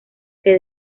que